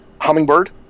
hummingbird